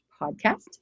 podcast